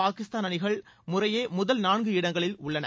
பாகிஸ்தான் அணிகள் முறையே முதல் நான்கு இடங்களில் உள்ளன